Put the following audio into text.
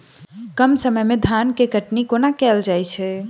कम समय मे धान केँ कटनी कोना कैल जाय छै?